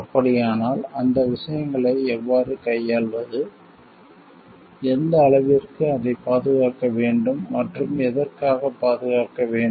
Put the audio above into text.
அப்படியானால் அந்த விஷயங்களை எவ்வாறு கையாள்வது எந்த அளவிற்கு அதைப் பாதுகாக்க வேண்டும் மற்றும் எதற்காகப் பாதுகாக்க வேண்டும்